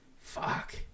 Fuck